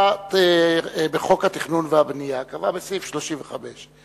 בחוק התכנון והבנייה קבע בסעיף 35,